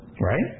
Right